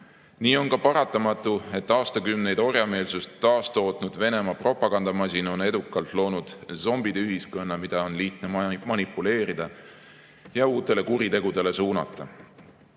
Nii on ka paratamatu, et aastakümneid orjameelsust taastootnud Venemaa propagandamasin on edukalt loonud zombide ühiskonna, mida on lihtne manipuleerida ja uutele kuritegudele suunata.Me